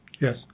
Yes